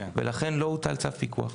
ולכן לא הוטל צו פיקוח.